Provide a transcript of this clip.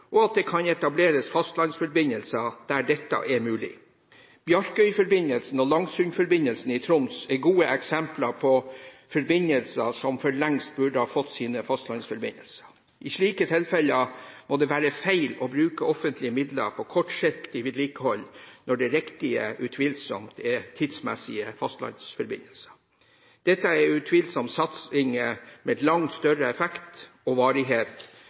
og at det kan etableres fastlandsforbindelser der dette er mulig. Bjarkøyforbindelsen og Langsundforbindelsen i Troms er gode eksempler på forbindelser som for lengst burde ha fått sine fastlandsforbindelser. I slike tilfeller må det være feil å bruke offentlige midler på kortsiktig vedlikehold, når det riktige utvilsomt er tidsmessige fastlandsforbindelser. Dette er utvilsomt satsing med en langt større effekt og varighet,